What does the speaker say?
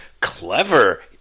Clever